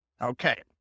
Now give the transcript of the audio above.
Okay